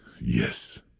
Yes